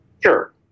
Sure